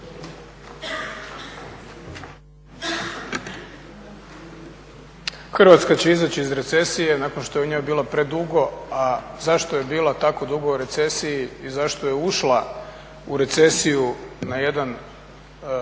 Hrvatska će izaći iz recesije nakon što je u njoj bila predugo, a zašto je bila tako dugo u recesiji i zašto je ušla u recesiju na jedan